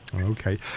Okay